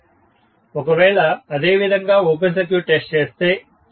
student ఒకవేళ అదే విధంగా ఓపెన్ సర్క్యూట్ టెస్ట్ చేస్తే 3250